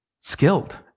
skilled